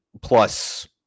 plus